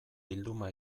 bilduma